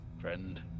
friend